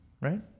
Right